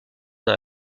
dans